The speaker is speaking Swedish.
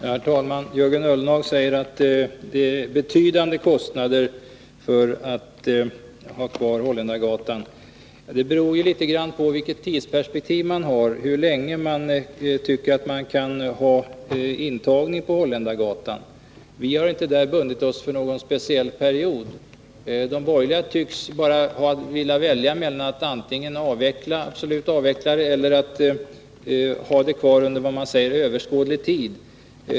Herr talman! Jörgen Ullenhag säger att det medför betydande kostnader att ha kvar tandläkarhögskolan vid Holländargatan. Det beror litet grand på vilka tidsperspektiv man har — hur länge man tycker att man kan ha intagning på institutionen vid Holländargatan. Vi har därvidlag inte bundit oss för någon speciell period. De borgerliga tycks bara vilja välja mellan att antingen absolut avveckla verksamheten eller att ha den kvar under, som man säger, överskådlig tid.